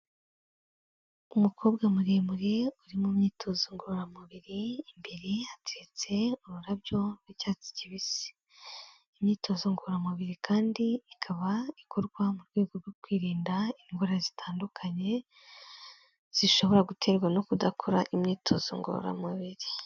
Umukobwa muremure uri mu myitozo ngororamubiri, imbere hateretse ururabyo rw'icyatsi kibisi, imyitozo ngororamubiri kandi ikaba ikorwa mu rwego rwo kwirinda indwara zitandukanye, zishobora guterwa no kudakora imyitozo ngororamubiri.